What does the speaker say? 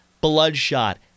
Bloodshot